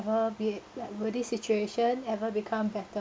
will be like will this situation ever become better